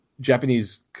japanese